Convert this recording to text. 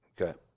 Okay